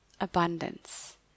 abundance